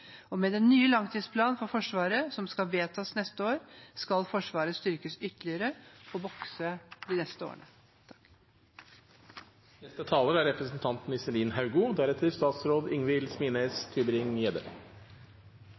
og med den nye langtidsplanen for Forsvaret som skal vedtas neste år, skal Forsvaret styrkes ytterligere og vokse de neste årene.